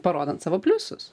parodant savo pliusus